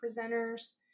presenters